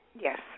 Yes